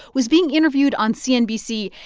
was being interviewed on cnbc.